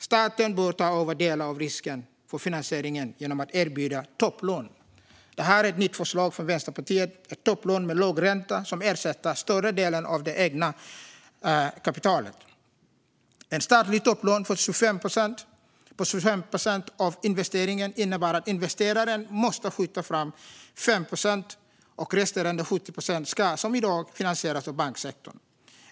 Staten bör ta över delar av risken för finansieringen genom att erbjuda topplån. Ett topplån med låg ränta som ersätter större delen av det egna kapitalet är ett nytt förslag från Vänsterpartiet. Ett statligt upplån på 25 procent av investeringen innebär att investeraren måste skjuta till 5 procent. Resterande 70 procent ska, som i dag, finansieras av banksektorn.